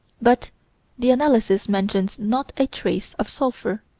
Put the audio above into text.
but the analysis mentions not a trace of sulphur.